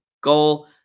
goal